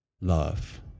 love